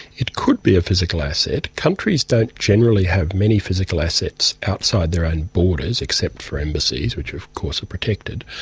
it could be a physical asset. countries don't generally have many physical assets outside their own borders, except for embassies which of course are protected.